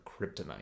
kryptonite